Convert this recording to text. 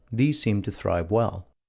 these seemed to thrive well.